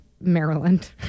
Maryland